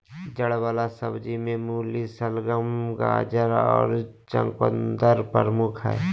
जड़ वला सब्जि में मूली, शलगम, गाजर और चकुंदर प्रमुख हइ